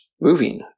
Moving